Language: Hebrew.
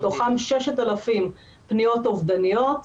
מתוכם 6,000 פניות אובדניות,